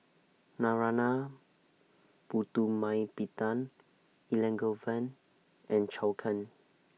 Narana Putumaippittan Elangovan and Zhou Can